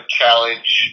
challenge